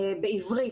בעברית,